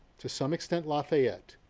to some extent, lafayette,